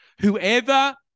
Whoever